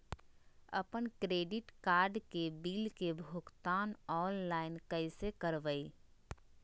अपन credit card के bill के भुगतान ऑनलाइन कैसे करबैय?